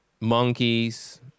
monkeys